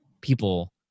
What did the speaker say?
People